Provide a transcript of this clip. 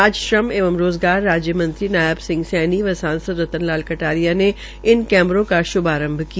आज श्रम एवं रोजगार राज्य मंत्री नायब सिंह सैनी व सांसद रतन लाल कटारिया ने इन कैमरों का श्भारंभ किया